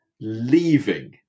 leaving